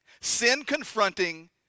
sin-confronting